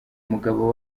mugabo